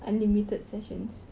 unlimited sessions